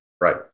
right